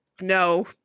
no